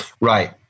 Right